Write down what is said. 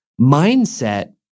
mindset